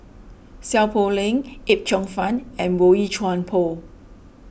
Seow Poh Leng Yip Cheong Fun and Boey Chuan Poh